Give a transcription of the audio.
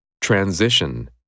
Transition